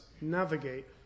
navigate